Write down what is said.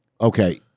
Okay